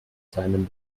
seinem